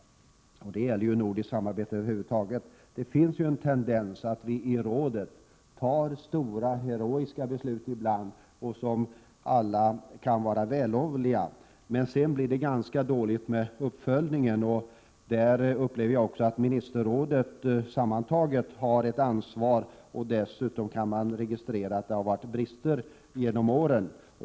Det gäller nordiskt samarbete över huvud taget. Vii rådet har ju en tendens att ibland fatta stora heroiska beslut, som alla kan vara vällovliga. Men sedan är det ganska dåligt ställt med uppföljningen. Jag har en känsla av att ministerrådet sammantaget har ett ansvar i detta avseende. Dessutom kan man registrera att det har förekommit brister genom åren.